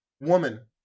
woman